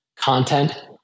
content